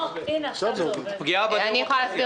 אני מתייחסת